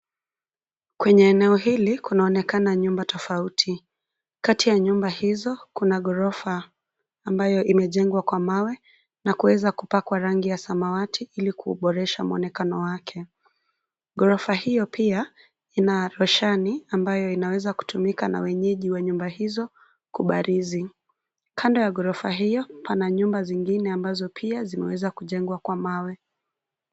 Kwenye eneo hili kunaonekana nyumba tofauti, kati ya nyumba hizo kuna ghorofa, ambayo imejengwa kwa mawe, na kuweza kupakwa rangi ya samawati ilikuuboresha mwonekano wake, ghorofa hio pia, ina roshani, ambayo inaweza kutumika na wenyeji wa nyumba hizo, kubarizi, kando ya ghorofa hio, pana nyumba zingine ambazo pia zimeweza kujengwa kwa mawe.